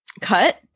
Cut